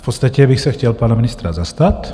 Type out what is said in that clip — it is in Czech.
Já v podstatě bych se chtěl pana ministra zastat.